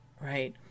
right